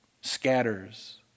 scatters